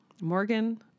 Morgan